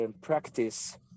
practice